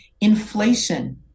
Inflation